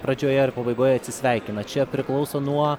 pradžioje ar pabaigoje atsisveikina čia priklauso nuo